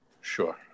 Sure